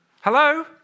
Hello